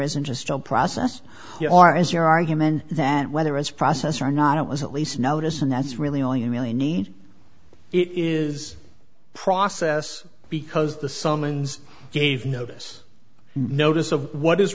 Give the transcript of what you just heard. isn't just a process or is your argument that whether it's process or not it was at least notice and that's really all you really need it is a process because the summons gave notice notice of what is